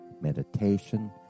meditation